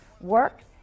work